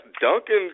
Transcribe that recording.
Duncan